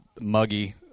muggy